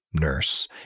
nurse